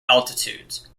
altitudes